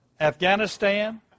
Afghanistan